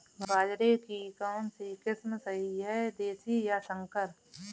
बाजरे की कौनसी किस्म सही हैं देशी या संकर?